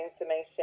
information